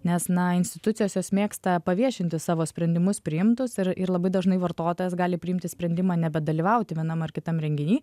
nes na institucijos jos mėgsta paviešinti savo sprendimus priimtus ir ir labai dažnai vartotojas gali priimti sprendimą nebedalyvauti vienam ar kitam renginy